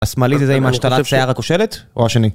השמאלי זה זה עם השתלת שיער הכושלת? או השני?